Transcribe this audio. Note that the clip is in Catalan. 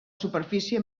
superfície